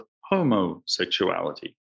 homosexuality